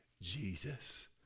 Jesus